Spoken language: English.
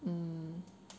mm